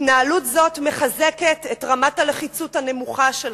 התנהלות זו מחזקת את רמת הלחיצות הנמוכה שלך,